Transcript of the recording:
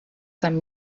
some